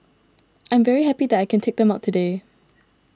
I'm very happy that I can take them out today